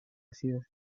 ácidos